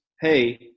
hey